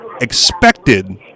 Expected